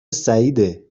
سعیده